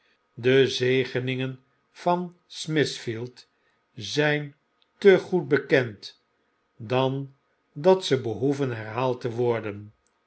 de zegeningen van smithfield zp te goed bekend dan dat ze behoeven herhaald te worden